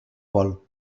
vol